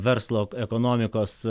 verslo ekonomikos